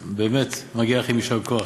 באמת מגיע לכם יישר כוח.